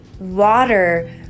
water